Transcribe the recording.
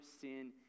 sin